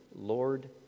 Lord